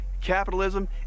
capitalism